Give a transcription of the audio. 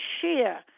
share